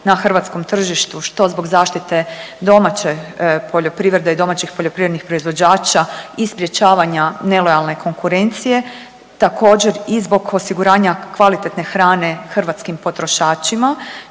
na hrvatskom tržištu što zbog zaštite domaće poljoprivrede i domaćih poljoprivrednih proizvođača i sprječavanja nelojalne konkurencije također i zbog osiguranja kvalitetne hrane hrvatskim potrošačima